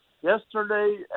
yesterday